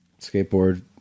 Skateboard